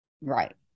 Right